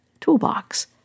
toolbox